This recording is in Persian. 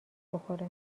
بخوره